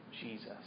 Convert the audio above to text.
Jesus